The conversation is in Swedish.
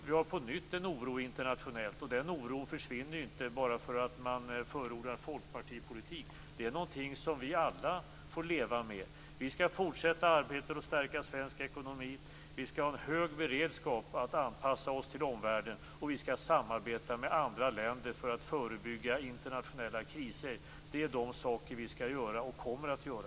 Vi har på nytt en oro internationellt, och den oron försvinner inte bara därför att man förordar folkpartipolitik. Detta är någonting som vi alla får leva med. Vi skall fortsätta arbetet med att stärka svensk ekonomi. Vi skall ha en hög beredskap att anpassa oss till omvärlden. Vi skall också samarbeta med andra länder för att förebygga internationella kriser. Det är saker vi skall göra och kommer att göra.